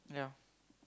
yeah